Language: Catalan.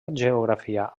geografia